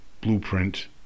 blueprint